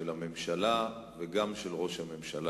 של הממשלה וגם של ראש הממשלה,